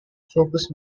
focused